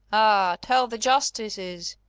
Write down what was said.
ah, tell the justices,